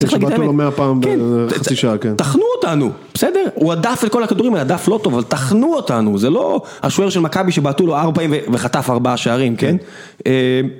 שבאת לו 100 פעם בחצי שעה, כן. טחנו אותנו, בסדר? הוא הדף את כל הכדורים, הוא הדף לא טוב, אבל טחנו אותנו. זה לא השוער של מכבי שבעטו לו ארבעים וחטף ארבעה שערים, כן?